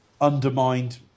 undermined